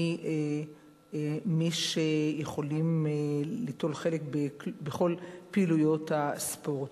מי שיכולים ליטול חלק בכל פעילויות הספורט.